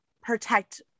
protect